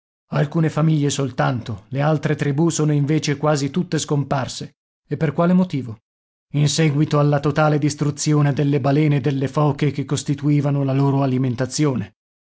alcune famiglie soltanto le altre tribù sono invece quasi tutte scomparse e per quale motivo in seguito alla totale distruzione delle balene e delle foche che costituivano la loro alimentazione